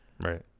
Right